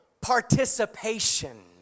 participation